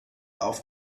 auf